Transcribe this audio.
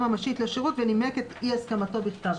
ממשית לשירות ונימק את אי הסכמתו בכתב.